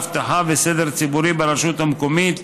אבטחה וסדר ציבורי ברשות מקומית),